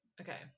okay